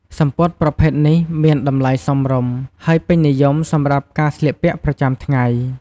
សំពត់ប្រភេទនេះមានតម្លៃសមរម្យ ហើយពេញនិយមសម្រាប់ការស្លៀកពាក់ប្រចាំថ្ងៃ។